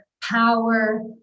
power